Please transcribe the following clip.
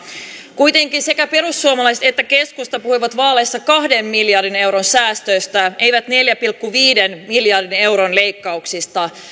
kuitenkin sekä perussuomalaiset että keskusta puhuivat vaaleissa kahden miljardin euron säästöistä eivät neljän pilkku viiden miljardin euron leikkauksista